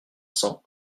cents